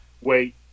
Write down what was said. wait